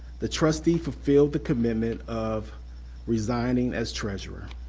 the trustee fulfilled the commitment of resigning as treasurer.